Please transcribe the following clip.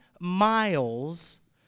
miles